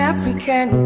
African